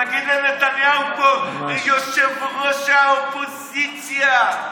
תגיד לנתניהו פה "ראש האופוזיציה",